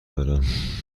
دارم